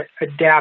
adapt